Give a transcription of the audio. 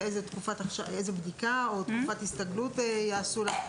ואיזו בדיקה או תקופת הסתגלות יעשו להם.